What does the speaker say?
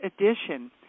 edition